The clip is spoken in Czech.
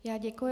Já děkuji.